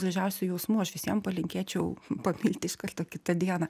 gražiausių jausmų aš visiem palinkėčiau pamilti iš karto kitą dieną